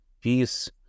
peace